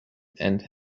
and